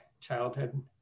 childhood